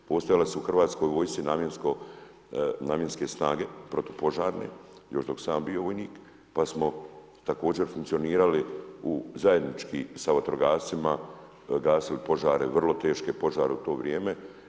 Postojala su u hrvatskoj vojsci namjenske snage, protupožarne, još dok sam ja bio vojnik, pa smo također funkcionirali u zajednički sa vatrogascima, gasili požare, vrlo teške požare u to vrijeme.